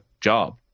job